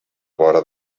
vora